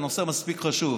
הנושא מספיק חשוב.